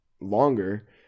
longer